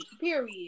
period